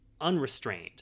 unrestrained